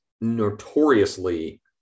notoriously –